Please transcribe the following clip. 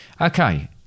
okay